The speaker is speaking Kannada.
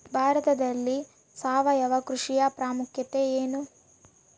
ಭಾರತದಲ್ಲಿ ಸಾವಯವ ಕೃಷಿಯ ಪ್ರಾಮುಖ್ಯತೆ ಎನು?